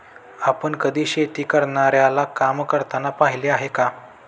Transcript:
आपण कधी शेती करणाऱ्याला काम करताना पाहिले आहे का?